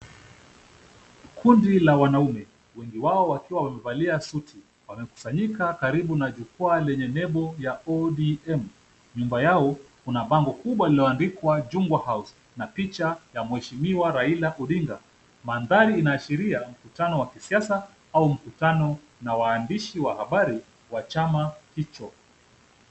Kundi la wanaume wengi wao wakiwa wamevaa suti wamekusanyika karibu na jukwaa lenye nembo la ODM. Nyuma yao kuna bango kubwa lililoandikwa Chungwa House na picha ya mheshimiwa Raila Odinga. Mandhari inaashiria mkutano wa kisiasa au mkutano na waandishi wa habari wa chama hicho.